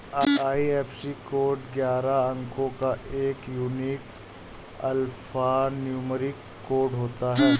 IFSC code ग्यारह अंको का एक यूनिक अल्फान्यूमैरिक कोड होता है